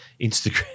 Instagram